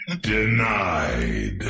denied